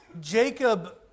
Jacob